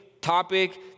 topic